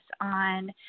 on